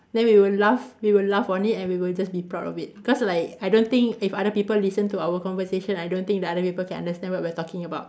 then we will laugh we will laugh on it and we will just be proud of it because like I don't think if other people listen to our conversation I don't think the other people can understand what we're talking about